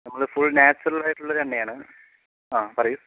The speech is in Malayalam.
നമ്മൾ ഫുൾ നാച്ചുറലായിട്ടുള്ള ഒരെണ്ണയാണ് ആ പറയൂ